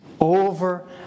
Over